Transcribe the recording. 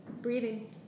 Breathing